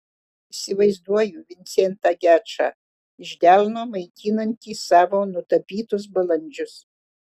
įsivaizduoju vincentą gečą iš delno maitinantį savo nutapytus balandžius